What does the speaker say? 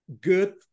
good